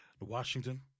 Washington